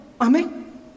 Amen